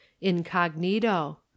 incognito